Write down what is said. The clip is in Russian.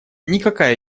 никакая